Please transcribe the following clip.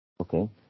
Okay